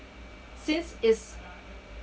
since is